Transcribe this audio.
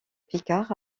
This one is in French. picard